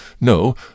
no